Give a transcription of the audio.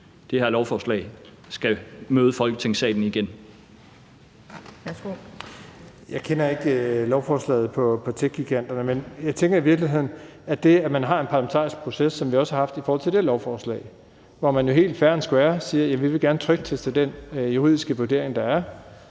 Skatteministeren (Jeppe Bruus): Jeg kender ikke lovforslaget om techgiganterne, men jeg synes jo i virkeligheden, at det, at man har en parlamentarisk proces, som vi også har haft i forhold til dette lovforslag, hvor man jo helt fair and square siger, at man gerne vil trykteste den juridiske vurdering, der er,